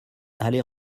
allée